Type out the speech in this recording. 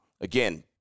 Again